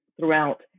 throughout